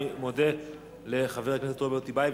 אני מודה לחבר הכנסת רוברט טיבייב.